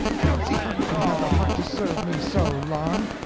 i don't see how you can have the heart to serve me so, lon.